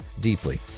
deeply